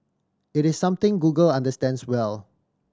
it is something Google understands well